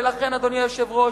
אדוני היושב-ראש,